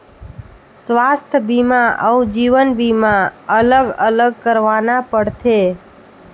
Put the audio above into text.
स्वास्थ बीमा अउ जीवन बीमा अलग अलग करवाना पड़थे?